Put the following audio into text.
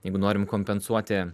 jeigu norim kompensuoti